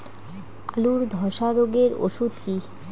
আলুর ধসা রোগের ওষুধ কি?